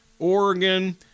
Oregon